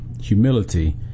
humility